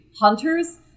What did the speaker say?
hunters